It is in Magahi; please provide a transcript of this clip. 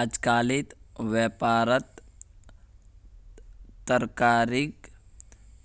अजकालित व्यापारत तरक्कीर